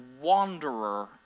wanderer